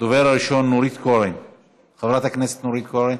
הדוברת הראשונה, חברת הכנסת נורית קורן,